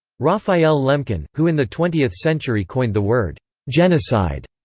raphael lemkin, who in the twentieth century coined the word genocide,